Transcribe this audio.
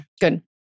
good